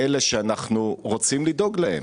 לאלה שאנחנו רוצים לדאוג להם.